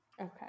Okay